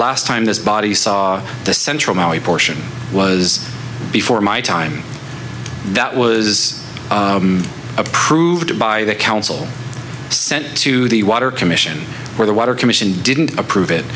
last time this body saw the central portion was before my time that was approved by the council sent to the water commission where the water commission didn't approve it